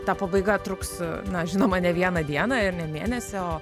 ta pabaiga truks na žinoma ne vieną dieną ir ne mėnesį o